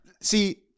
See